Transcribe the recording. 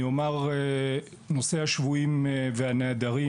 אני אומר כך: נושא השבויים והנעדרים